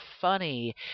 funny